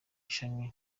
ishami